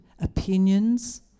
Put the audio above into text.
opinions